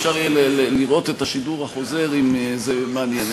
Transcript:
אפשר יהיה לראות את השידור החוזר, אם זה מעניין.